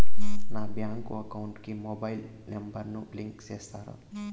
నా bank account కు mobile number ను లింకు చేస్తారా?